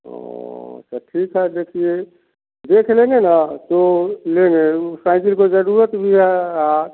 तो फिर ठीक है देखिए देख लेंगे ना तो लेंगे साइकिल को ज़रूरत भी है हाँ